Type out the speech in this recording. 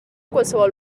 qualsevol